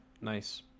Nice